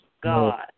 God